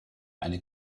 eine